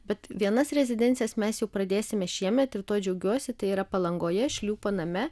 bet vienas rezidencijas mes jau pradėsime šiemet ir tuo džiaugiuosi tai yra palangoje šliūpo name